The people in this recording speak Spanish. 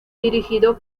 dirigido